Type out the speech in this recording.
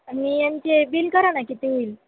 आणि यांचे बिल करा ना किती होईल